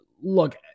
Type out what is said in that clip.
look